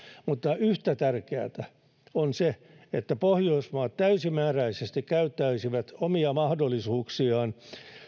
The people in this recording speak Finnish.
mutta yhtä tärkeätä on se että pohjoismaat täysimääräisesti käyttäisivät omia mahdollisuuksiaan